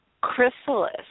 Chrysalis